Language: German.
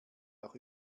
auch